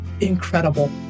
incredible